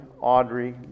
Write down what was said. Audrey